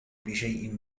بشيء